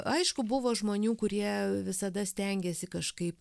aišku buvo žmonių kurie visada stengėsi kažkaip